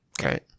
Okay